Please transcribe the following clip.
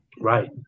Right